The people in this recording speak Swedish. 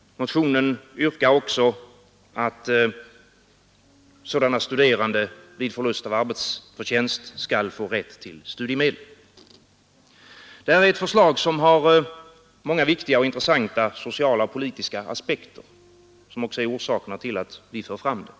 Motionen yrkar också att sådana studerande vid förlust av arbetsförtjänst skall få rätt till studiemedel. Det här är ett förslag som har många viktiga och intressanta sociala och politiska aspekter, och det är orsaken till att vi för fram det.